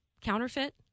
counterfeit